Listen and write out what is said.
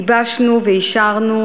גיבשנו ואישרנו,